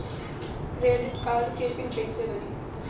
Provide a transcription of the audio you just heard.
Credit card के PIN कैसे बनी?